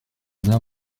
bien